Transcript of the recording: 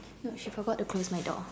no she forgot to close my door